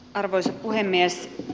arvoisa puhemies